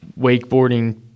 wakeboarding